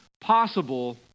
possible